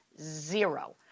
zero